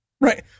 Right